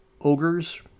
ogres